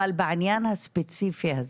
אבל בעניין הספציפי הזה,